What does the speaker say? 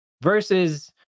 Versus